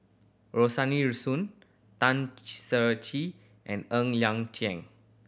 Rosaline Soon Tan Ser Cher and Ng Liang Chiang